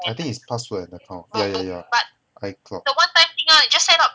I think is password and account yeah yeah yeah icloud